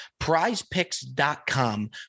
PrizePicks.com